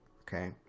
Okay